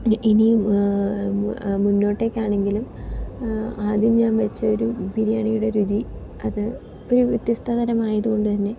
ഇനിയും മുന്നോട്ടേക്കാണെങ്കിലും ആദ്യം ഞാൻ വച്ചൊരു ബിരിയാണിയുടെ രുചി അത് ഒരു വ്യത്യസ്തതരമായത് കൊണ്ട് തന്നെ